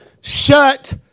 shut